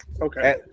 Okay